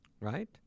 Right